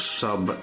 sub